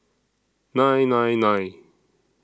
nine nine nine